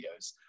videos